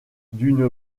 d’une